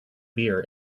beer